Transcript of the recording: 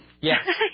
Yes